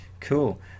Cool